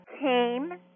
came